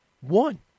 One